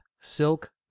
silk